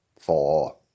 four